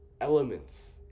elements